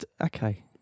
Okay